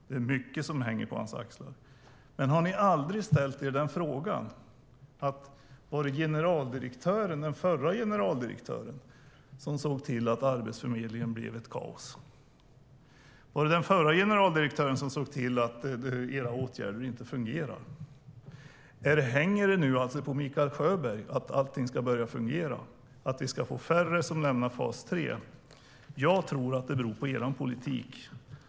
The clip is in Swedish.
Det är mycket som hänger på hans axlar. Men har ni aldrig ställt er frågan om det var den förra generaldirektören som såg till att Arbetsförmedlingen blev ett kaos? Var det den förra generaldirektören som såg till att era åtgärder inte fungerade? Hänger det nu på Mikael Sjöberg att allt ska börja fungera och att färre ska lämna fas 3? Jag tror att det beror på er politik.